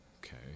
okay